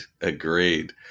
agreed